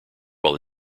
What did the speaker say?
while